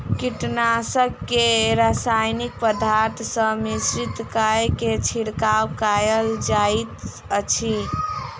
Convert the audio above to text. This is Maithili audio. कीटनाशक के रासायनिक पदार्थ सॅ मिश्रित कय के छिड़काव कयल जाइत अछि